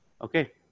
Okay